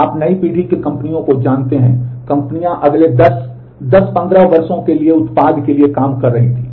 आप नई पीढ़ी की कंपनियों को जानते हैं कंपनियां अगले 10 10 15 वर्षों के लिए उत्पादों के लिए काम कर रही थीं